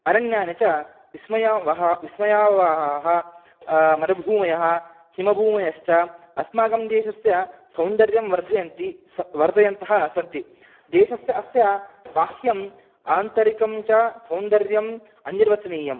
अरण्यानि च विस्मयानि वा विस्मयानि मरुभूमयः हिमभूमयश्च अस्माकं देशस्य सौन्दर्यं वर्धयन्ति स् वर्धयन्तः सन्ति देशस्य अस्य बाह्यम् आन्तरिकं च सौन्दर्यम् अनिर्वचनीयं